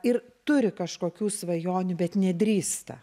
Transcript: ir turi kažkokių svajonių bet nedrįsta